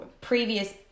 previous